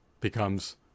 becomes